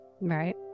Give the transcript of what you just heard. Right